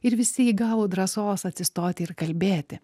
ir visi įgavo drąsos atsistoti ir kalbėti